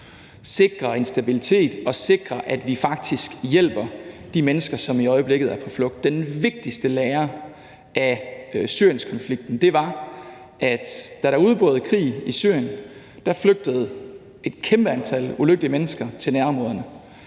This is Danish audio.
sikrer en stabilitet og sikrer, at vi faktisk hjælper de mennesker, som i øjeblikket er på flugt. Den vigtigste lære af Syrienkonflikten var, at da der udbrød krig i Syrien, flygtede et kæmpe antal ulykkelige mennesker til nærområderne.